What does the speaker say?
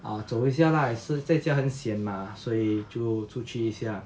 err 走一下 lah 也是在家很 sian mah 所以就出去一下